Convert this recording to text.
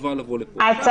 חובה לבוא לפה, סעיף סעיף.